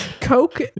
coke